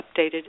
updated